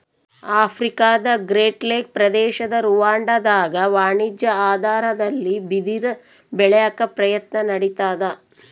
ಆಫ್ರಿಕಾದಗ್ರೇಟ್ ಲೇಕ್ ಪ್ರದೇಶದ ರುವಾಂಡಾದಾಗ ವಾಣಿಜ್ಯ ಆಧಾರದಲ್ಲಿ ಬಿದಿರ ಬೆಳ್ಯಾಕ ಪ್ರಯತ್ನ ನಡಿತಾದ